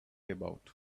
about